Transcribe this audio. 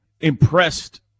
impressed